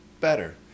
better